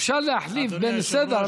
אפשר להחליף בסדר,